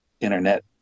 Internet